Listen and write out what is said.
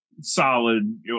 solid